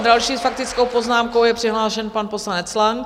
Další s faktickou poznámkou je přihlášen pan poslanec Lang.